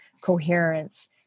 coherence